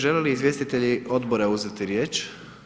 Žele li izvjestitelji odbora uzeti riječ?